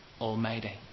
almighty